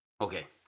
Okay